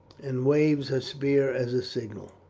and waves her spear as a signal.